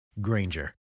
Granger